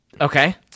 Okay